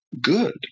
good